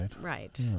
Right